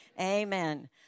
Amen